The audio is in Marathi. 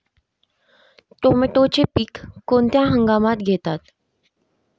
टोमॅटोचे पीक कोणत्या हंगामात घेतात?